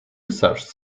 such